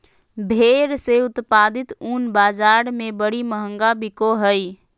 भेड़ से उत्पादित ऊन बाज़ार में बड़ी महंगा बिको हइ